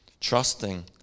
Trusting